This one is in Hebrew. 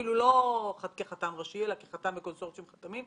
אפילו לא כחתם ראשי אלא כחתם בקונסורציום חתמי,